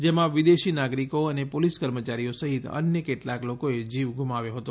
જેમાં વિદેશી નાગરીકો અને પોલીસ કર્મચારીઓ સહિત અન્ય કેટલાંક લોકોએ જીવ ગુમાવ્યો હતો